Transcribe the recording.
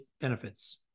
benefits